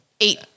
eight